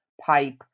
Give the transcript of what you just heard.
pipe